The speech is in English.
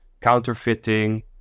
counterfeiting